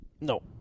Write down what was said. No